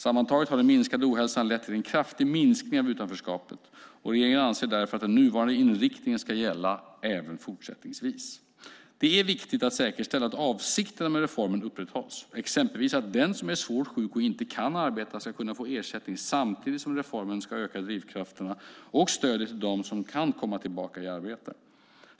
Sammantaget har den minskade ohälsan lett till en kraftig minskning av utanförskapet. Regeringen anser därför att den nuvarande inriktningen ska gälla även fortsättningsvis. Det är viktigt att säkerställa att avsikterna med reformen upprätthålls, exempelvis att den som är svårt sjuk och inte kan arbeta ska kunna få ersättning samtidigt som reformen ska öka drivkrafterna och stödet till dem som kan komma tillbaka i arbete.